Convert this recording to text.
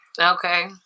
Okay